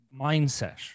mindset